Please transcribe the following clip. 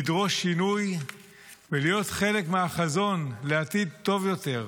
לדרוש שינוי ולהיות חלק מהחזון לעתיד טוב יותר.